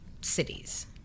cities